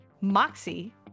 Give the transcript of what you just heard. Moxie